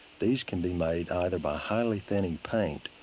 these can be made either by highly thinning paint,